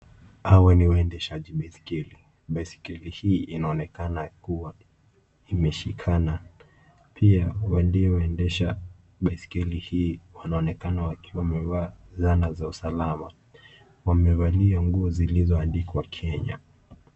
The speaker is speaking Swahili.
Hawa ni waendeshaji baiskeli. Baiskeli hii inaonekana kuwa imeshikana. Pia walioendesha baiskeli hii wanaonekana wakiwa wamevaa zana za usalama. Wamevalia nguo zilizoandikwa Kenya.